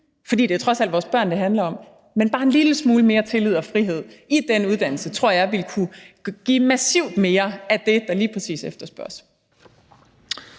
for det er trods alt vores børn, det handler om. Men bare en lille smule mere tillid og frihed i den uddannelse tror jeg ville kunne give massivt mere af det, der lige præcis efterspørges.